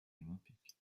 olympiques